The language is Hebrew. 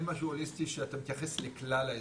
הוליסטי שאתה מתייחס לכלל האזור.